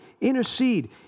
intercede